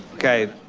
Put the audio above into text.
okay